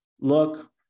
look